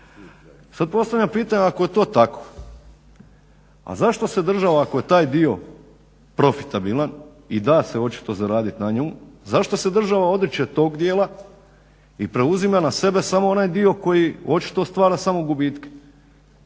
Sad postavljam pitanje ako je to tako a zašto se država ako je taj dio profitabilan i da se očito zaraditi na njemu, zašto se država odriče tog dijela i preuzima na sebe samo onaj dio koji očito stvara samo gubitke.